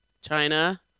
china